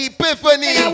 Epiphany